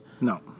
No